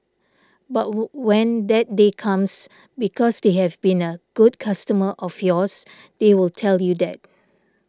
but when that day comes because they have been a good customer of yours they will tell you that